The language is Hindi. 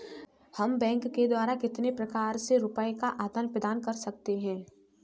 हम बैंक द्वारा कितने प्रकार से रुपये का आदान प्रदान कर सकते हैं?